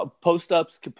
Post-ups